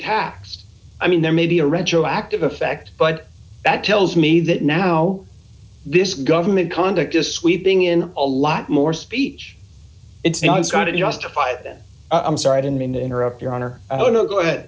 passed i mean there may be a retroactive effect but that tells me that now this government conduct just sweeping in a lot more speech it's now it's going to be justified i'm sorry i don't mean to interrupt your honor i don't know go ahead